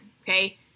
okay